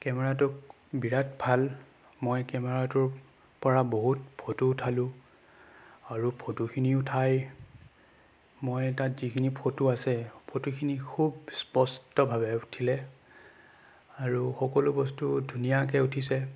কেমেৰাটো বিৰাট ভাল মই কেমেৰাটোৰ পৰা বহুত ফটো উঠালোঁ আৰু ফটোখিনি উঠাই মই তাত যিখিনি ফটো আছে ফটোখিনি খুব স্পষ্টভাৱে উঠিলে আৰু সকলো বস্তু ধুনীয়াকৈ উঠিছে